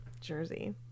Jersey